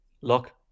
look